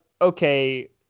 okay